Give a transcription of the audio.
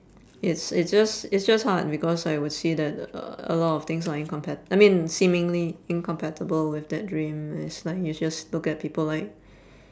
it's it's just it's just hard because I would see that uh a lot of things are incompat~ I mean seemingly incompatible with that dream it's like you just look at people like